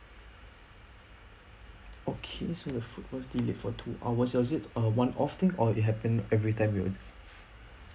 okay so the food was delayed for two hours was it uh one off thing or it happened every time you were